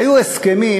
היו הסכמים